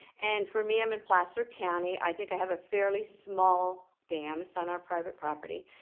and for me, i'm in plaster county, i think i have a fairly small dam, it's on our private property,